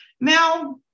Now